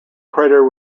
crater